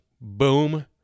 Boom